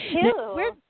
two